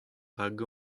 rak